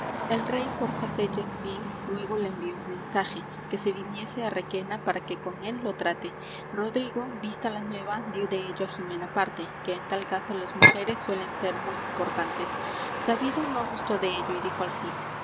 el rey por facelles bien luégo le envió un mensaje que se viniese á requena para que con él lo trate rodrigo vista la nueva dió dello á jimena parte que en tal caso las mujeres suelen ser muy importantes sabido no gustó dello y dijo al cid